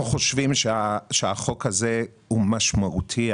אנחנו חושבים שהחוק הזה הוא משמעותי.